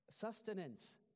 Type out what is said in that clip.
sustenance